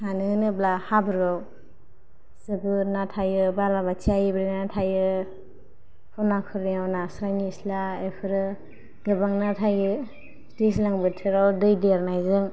मानोहोब्ला हाब्रुआव जोबोद ना थायो बालाबाथिया एब्रैनानै थायो खना खनलायाव नास्राय इफोरो गोबां ना थायो दैज्लां बोथोराव दै देरनायजों